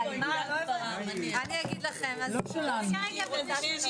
ומה שלא, כמו פיטורים,